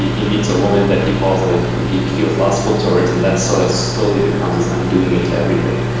he he meets a woman that he feels ah he feels lustful towards and that sort of slowly becomes his undoing into everything.